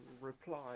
reply